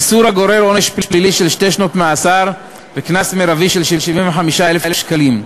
איסור הגורר עונש פלילי של שתי שנות מאסר וקנס מרבי של 75,000 ש"ח.